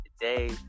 today